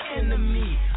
Enemy